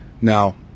Now